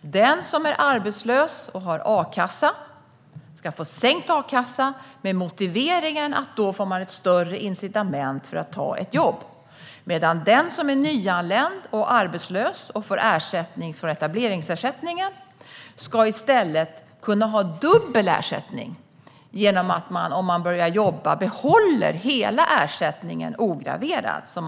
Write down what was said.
Den som är arbetslös och har a-kassa ska få sänkt a-kassa med motiveringen att man då får ett större incitament för att ta ett jobb. Den som är nyanländ och arbetslös och får etableringsersättning ska i stället kunna få dubbel inkomst genom att man behåller hela etableringsersättningen ograverad om man börjar jobba.